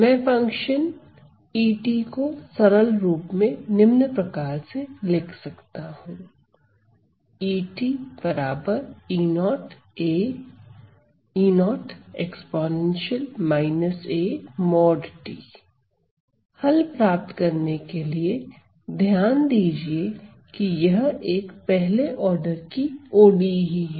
मैं function E को सरल रूप में निम्न प्रकार से लिखता हूं हल प्राप्त करने के लिए ध्यान दीजिए कि यह एक पहले आर्डर की ODE है